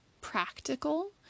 practical